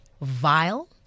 vile